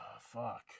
fuck